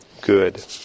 good